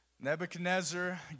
Nebuchadnezzar